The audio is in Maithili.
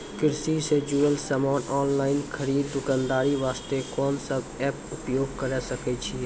कृषि से जुड़ल समान ऑनलाइन खरीद दुकानदारी वास्ते कोंन सब एप्प उपयोग करें सकय छियै?